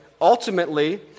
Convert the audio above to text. Ultimately